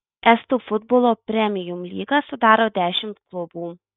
estų futbolo premium lygą sudaro dešimt klubų